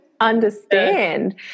understand